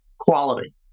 quality